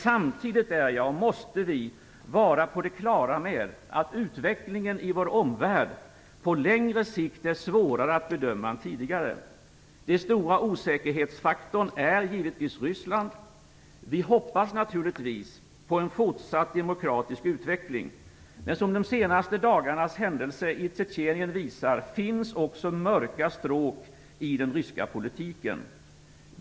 Samtidigt måste vi vara på det klara med att utvecklingen i vår omvärld på längre sikt är svårare att bedöma än tidigare. Den stora osäkerhetsfaktorn är givetvis Ryssland. Vi hoppas naturligtvis på en fortsatt demokratisk utveckling. Men som de senaste dagarnas händelser i Tjetjenien visar finns också mörka stråk i den ryska politiken.